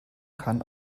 kann